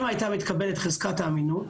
אם היתה מתקבלת חזקת האמינות,